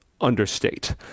understate